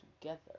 together